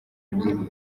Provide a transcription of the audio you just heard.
ebyiri